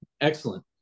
Excellent